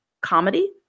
comedy